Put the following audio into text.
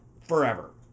forever